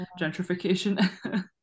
gentrification